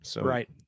Right